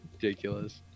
Ridiculous